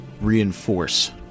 reinforce